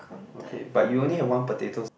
okay but you only have one potatoes